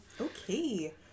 okay